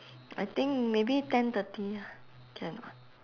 I think maybe ten thirty can ah